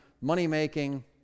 money-making